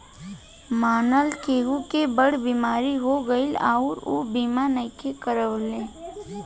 मानल केहु के बड़ बीमारी हो गईल अउरी ऊ बीमा नइखे करवले